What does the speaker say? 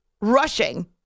rushing